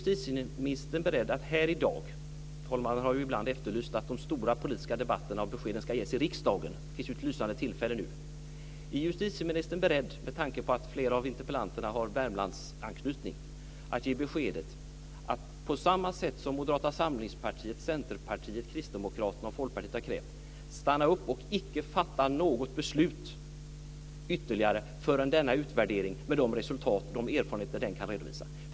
Talmannen har ju ibland efterlyst att de stora politiska debatterna och beskeden ska ges i riksdagen. Det finns ett lysande tillfälle nu. Är justitieministern beredd, med tanke på att flera av interpellanterna har Värmlandsanknytning, att ge beskedet, på samma sätt som Moderata samlingspartiet, Centerpartiet, Kristdemokraterna och Folkpartiet har krävt, att stanna upp och icke fatta något ytterligare beslut före denna utvärdering med de resultat och de erfarenheter den kan redovisa?